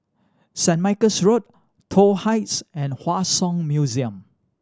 Saint Michael's Road Toh Heights and Hua Song Museum